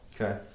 Okay